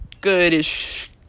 goodish